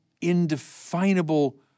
indefinable